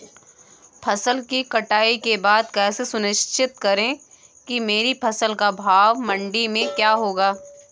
फसल की कटाई के बाद कैसे सुनिश्चित करें कि मेरी फसल का भाव मंडी में क्या होगा?